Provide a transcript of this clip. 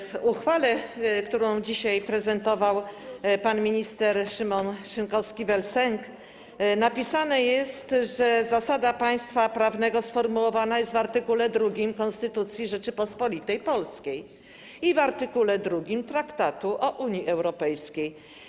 W uchwale, którą dzisiaj prezentował pan minister Szymon Szynkowski vel Sęk, napisano, że zasada państwa prawnego sformułowana jest w art. 2 Konstytucji Rzeczypospolitej Polskiej i w art. 2 Traktatu o Unii Europejskiej.